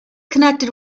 connected